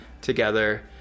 together